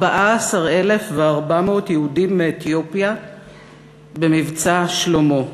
14,400 יהודים מאתיופיה ב"מבצע שלמה"